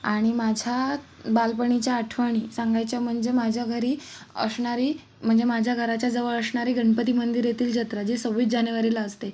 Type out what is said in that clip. आणि माझ्या बालपणीच्या आठवणी सांगायच्या म्हणजे माझ्या घरी असणारी म्हणजे माझ्या घराच्या जवळ असणारी गणपती मंदिर येथील जत्रा जी सव्वीस जानेवारीला असते